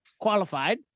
qualified